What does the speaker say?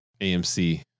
AMC